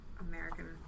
American